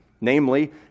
Namely